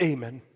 Amen